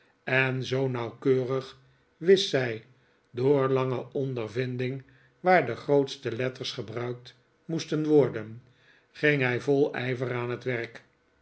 en zoo nauwkeurig wist zij door lange ondervinding waar de grootste letters gebruikt moesten worden ging hij vol ijver aan het werk